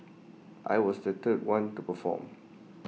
I was the third one to perform